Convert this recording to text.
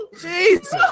Jesus